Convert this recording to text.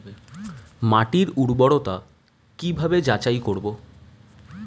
মাটির উর্বরতা কি ভাবে যাচাই করব?